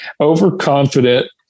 overconfident